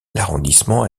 l’arrondissement